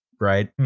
right?